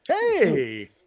Hey